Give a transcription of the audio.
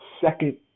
second